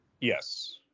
Yes